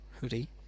hoodie